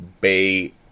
Bay